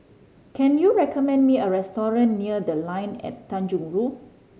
can you recommend me a restaurant near The Line at Tanjong Rhu